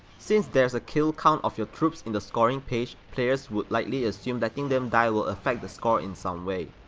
since there's a killcount of your troops in the scoring page, players would likely assume letting them die will affect the score in some way.